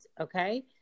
okay